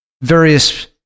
various